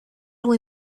algo